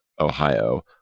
Ohio